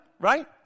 right